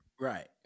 Right